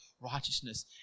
righteousness